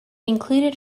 included